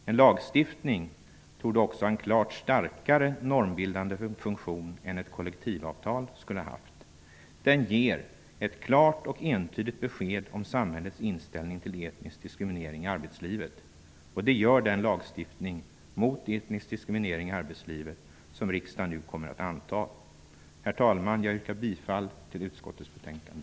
En lagstiftning torde också ha en klart starkare normbildande funktion än ett kollektivavtal skulle haft. Den ger ett klart och entydigt besked om samhällets inställning till etnisk diskriminering i arbetslivet, och det gör den lagstiftning mot etnisk diskriminering i arbetslivet som riksdagen nu kommer att anta. Herr talman! Jag yrkar bifall till hemställan i utskottets betänkande.